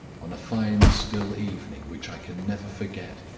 on a fine, still evening which i can never forget,